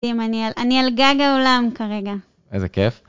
אני על גג העולם כרגע. איזה כיף.